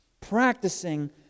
Practicing